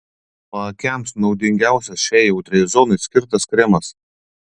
paakiams naudingiausias šiai jautriai zonai skirtas kremas